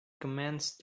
commenced